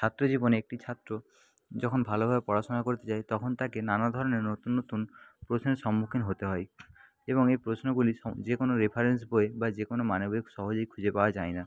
ছাত্র জীবনে একটি ছাত্র যখন ভালোভাবে পড়াশোনা করতে যায় তখন তাকে নানা ধরণের নতুন নতুন প্রশ্নের সম্মুখীন হতে হয় এবং এই প্রশ্নগুলি যে কোনো রেফারেন্স বই বা যে কোনো মানে বইয়ে সহজেই খুঁজে পাওয়া যায় না